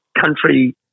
country